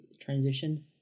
transition